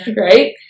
right